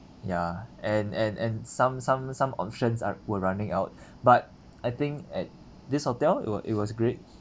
ya and and and some some some options are were running out but I think at this hotel it was it was great